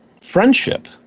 friendship